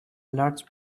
large